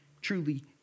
truly